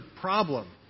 problem